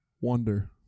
wonder